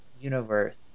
universe